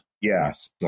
Yes